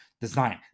design